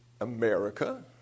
America